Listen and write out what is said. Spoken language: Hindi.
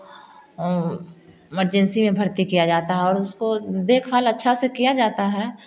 इमरजेंसी में भर्ती किया जाता है और उसको देख भाल अच्छे से किया जाता है